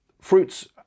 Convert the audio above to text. fruits